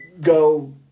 go